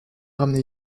ramené